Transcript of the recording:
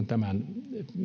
tämän